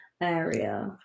area